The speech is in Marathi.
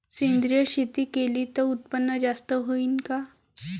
सेंद्रिय शेती केली त उत्पन्न जास्त होईन का?